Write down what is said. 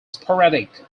sporadic